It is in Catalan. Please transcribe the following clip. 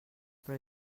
però